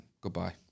goodbye